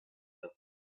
the